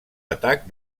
atac